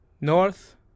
north